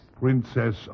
Princess